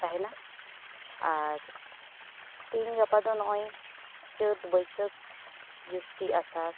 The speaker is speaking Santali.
ᱛᱟᱦᱮᱱᱟ ᱟᱨ ᱛᱮᱹᱦᱮᱹᱧ ᱜᱟᱯᱟ ᱫᱚ ᱱᱚᱜ ᱚᱭ ᱪᱟᱹᱛ ᱵᱟᱹᱭᱥᱟᱹᱠᱷ ᱡᱩᱥᱴᱤ ᱟᱥᱟᱲ